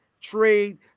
trade